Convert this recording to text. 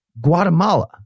Guatemala